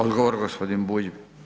Odgovor gospodin Bulj.